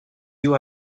you